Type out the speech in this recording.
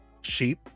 sheep